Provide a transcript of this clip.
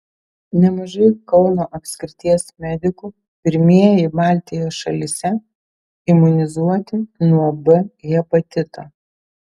nemažai kauno apskrities medikų pirmieji baltijos šalyse imunizuoti nuo b hepatito